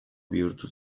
bihurtu